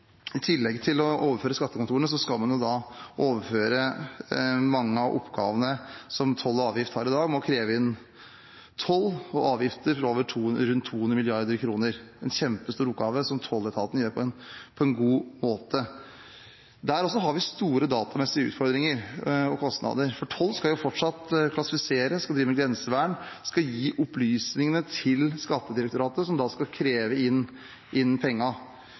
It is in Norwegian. i tillegg til å overføre skattekontorene skal man overføre mange av oppgavene som toll- og avgiftsetaten har i dag med å kreve inn toll og avgifter til rundt 200 mrd. kr – en kjempestor oppgave som tolletaten gjør på en god måte. Der har vi også store datamessige utfordringer og kostnader, for tolletaten skal jo fortsatt klassifisere, de skal drive med grensevern, og de skal gi opplysningene til Skattedirektoratet, som så skal kreve inn